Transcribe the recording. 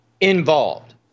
involved